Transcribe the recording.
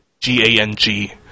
G-A-N-G